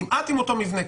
כמעט עם אותו מבנה,